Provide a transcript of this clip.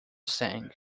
sang